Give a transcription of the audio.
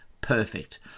Perfect